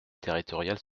territoriales